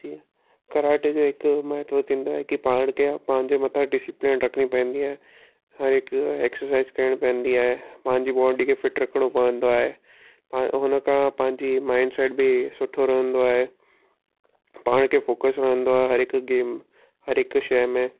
जीअं कराटे जो हिकु महत्व थींदो आहे की पाण खे या पंहिंजे मथां डिसिप्लिन रखिणी पवंदी आहे हर हिकु एक्सरसाइज़ करिणी पवंदी आहे पंहिंजी बॉडी खे फ़िट रखिणो पवंदो आहे प हुन खां पंहिंजी माइंड सेट बि सुठो रहंदो आहे पाण खे फ़ोकस रहंदो आहे हर हिकु गेम हर हिकु शइ में